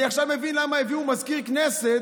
אני עכשיו מבין למה הביאו מזכיר כנסת